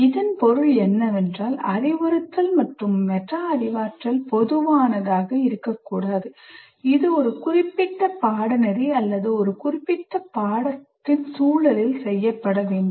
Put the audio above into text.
இதன் பொருள் என்னவென்றால் அறிவுறுத்தல் மற்றும் மெட்டா அறிவாற்றல் பொதுவானதாக இருக்கக்கூடாது இது ஒரு குறிப்பிட்ட பாடநெறி அல்லது ஒரு குறிப்பிட்ட பாடத்தின் சூழலில் செய்யப்பட வேண்டும்